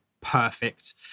perfect